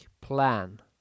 plan